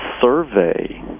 survey